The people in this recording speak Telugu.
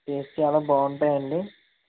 టేస్ట్ చాలా బాగుంటాటాయి అండి